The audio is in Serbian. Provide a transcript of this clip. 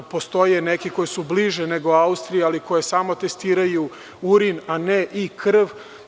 Postoje neke koje su bliže nego Austrija, ali koje samo testiraju urin, a ne i krv.